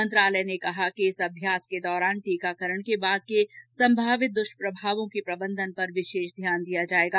मंत्रालय ने कहा कि इस अभ्यास के दौरान टीकाकरण के बाद के संभावित दुष्प्रभावों के प्रबंधन पर विशेष ध्याान दिया जायेगा